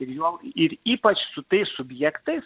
ir juo ir ypač su tais subjektais